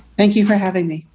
thank you for having me.